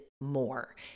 more